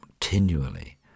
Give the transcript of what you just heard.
continually